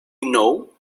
know